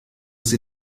sie